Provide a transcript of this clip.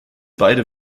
beide